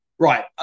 Right